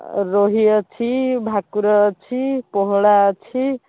ରୋହି ଅଛି ଭାକୁର ଅଛି ପୋହଳା ଅଛି